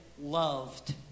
loved